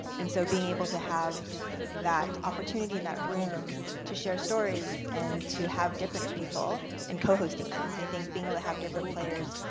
and so, being able to have that opportunity in that room to share stories and to have different people, and co-hosting them. i think being able to have different players,